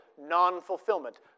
non-fulfillment